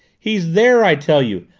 he's there i tell you.